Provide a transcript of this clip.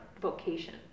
vocation